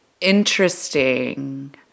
Interesting